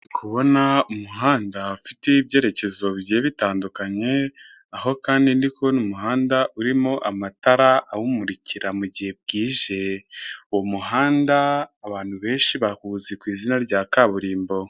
Ndi kubona umuhanda afite ibyerekezo bigiye bitandukanye aho kandi ndi kubona umuhanda urimo amatara awumurikira mu mugihe bwije uwo muhanda abantu benshi bahuzi ku izina rya kaburimbo.